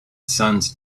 sons